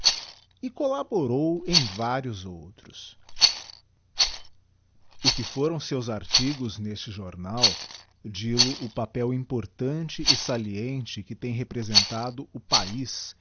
e collaborou em vários outros o que foram seus artigos neste j mal dil o o papel importante e saliente que tem representado o paia